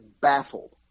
baffled